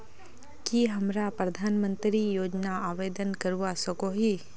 की हमरा प्रधानमंत्री योजना आवेदन करवा सकोही?